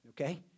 Okay